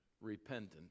repentant